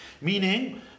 meaning